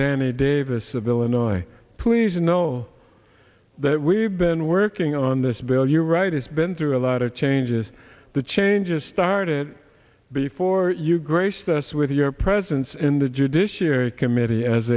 danny davis of illinois please know that we've been working on this bill you're right it's been through a lot of changes the changes started before you graced us with your presence in the judiciary committee as